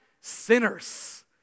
sinners